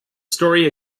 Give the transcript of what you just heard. story